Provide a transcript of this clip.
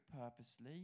purposely